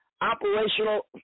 Operational